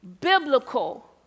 biblical